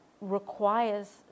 requires